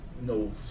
No